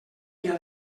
dia